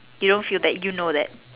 you don't feel you know that